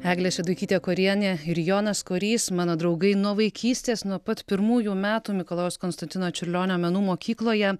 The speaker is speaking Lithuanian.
eglė šeduikytė korienė ir jonas korys mano draugai nuo vaikystės nuo pat pirmųjų metų mikalojaus konstantino čiurlionio menų mokykloje